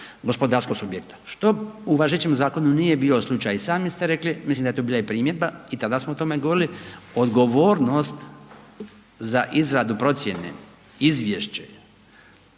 gospodarskog subjekta što u važećem zakonu nije bio slučaj. I sami ste rekli, mislim da je to bila i primjedba i tada smo o tome govorili odgovornost za izradu procjene, izvješće,